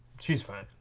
she's fine.